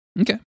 okay